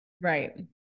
Right